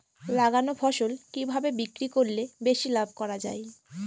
লাগানো ফসল কিভাবে বিক্রি করলে বেশি লাভ করা যায়?